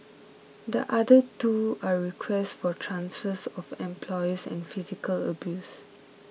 the other two are requests for transfers of employers and physical abuse